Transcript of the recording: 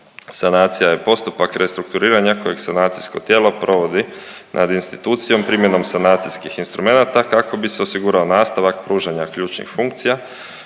Sanacija je postupak restrukturiranja kojeg sanacijsko tijelo provodi nad institucijom primjenom sanacijskih instrumenata kako bi se osigurao nastavak pružanja ključnih funkcija,